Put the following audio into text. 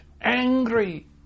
angry